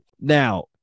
Now